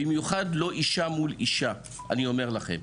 במיוחד לא אישה מול אישה, אני אומר לכם.